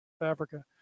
Africa